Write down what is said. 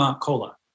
cola